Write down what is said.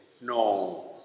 No